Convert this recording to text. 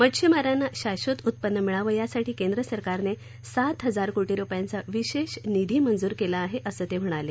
मध्छिमारांना शाक्षत उत्पन्न मिळावं यासाठी केंद्रसरकारनं सात हजार कोटी रुपयांचा विशेष निधी मंजूर केला आहे असं ते म्हणाले